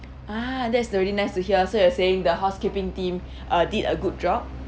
ah that's really nice to hear so you're saying the housekeeping team uh did a good job